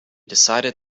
decided